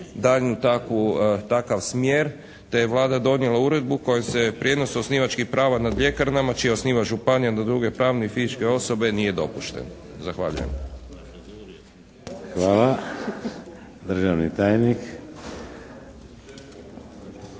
daljnji takav smjer te je Vlada donijela uredbu kojom se prijenos osnivačkih prava nad ljekarnama čiji je osnivač županija, no druge pravne i fizičke osobe nije dopušten. Zahvaljujem. **Šeks, Vladimir (HDZ)** Hvala.